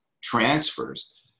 transfers